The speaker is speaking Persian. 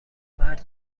مرد